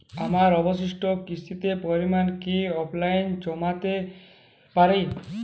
আমার অবশিষ্ট কিস্তির পরিমাণ কি অফলাইনে জানতে পারি?